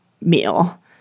meal